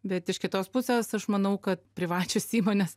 bet iš kitos pusės aš manau kad privačios įmonės